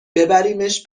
ببریمش